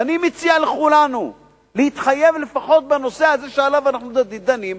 ואני מציע לכולנו להתחייב לפחות בנושא הזה שעליו אנחנו דנים.